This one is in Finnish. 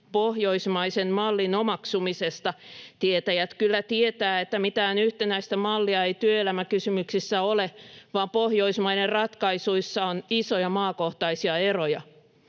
pohjoismaisen mallin omaksumisesta — tietäjät kyllä tietävät, että mitään yhtenäistä mallia ei työelämäkysymyksissä ole, vaan Pohjoismaiden ratkaisuissa on isoja maakohtaisia eroja.